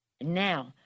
Now